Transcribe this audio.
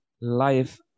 life